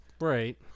Right